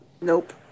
nope